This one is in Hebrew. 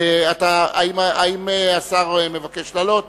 האם השר מבקש לעלות?